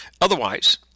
Otherwise